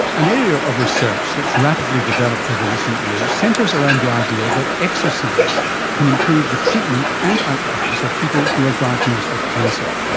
an area of research that has rapidly developed over recent years centres around the idea that exercise can improve the treatment and outcomes of people who are diagnosed with cancer.